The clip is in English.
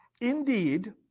indeed